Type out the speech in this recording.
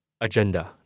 agenda